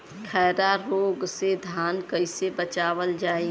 खैरा रोग से धान कईसे बचावल जाई?